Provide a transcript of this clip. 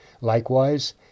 Likewise